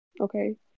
okay